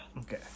okay